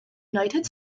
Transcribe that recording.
united